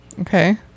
okay